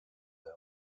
them